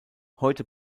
heute